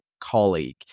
colleague